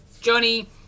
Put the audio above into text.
Johnny